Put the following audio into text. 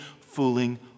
fooling